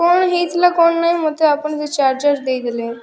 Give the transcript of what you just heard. କ'ଣ ହେଇଥିଲା କ'ଣ ନାହିଁ ମୋତେ ଆପଣ ସେ ଚାର୍ଜର୍ ଦେଇ ଦେଲେ